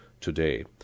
today